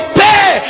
pay